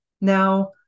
Now